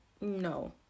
no